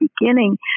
beginning